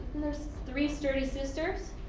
there's three sturdy sisters?